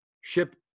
ship